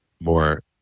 more